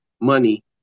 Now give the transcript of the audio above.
money